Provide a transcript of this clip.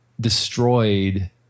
destroyed